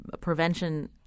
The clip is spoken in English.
prevention